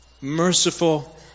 merciful